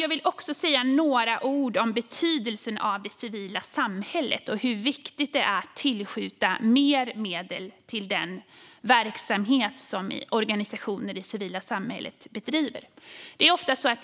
Jag vill säga några ord om betydelsen av det civila samhället och hur viktigt det är att tillskjuta mer medel till den verksamhet som organisationer i det civila samhället bedriver.